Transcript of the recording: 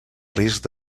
risc